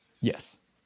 Yes